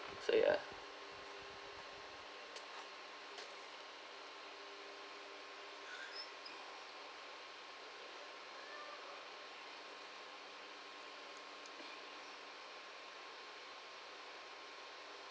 so yeah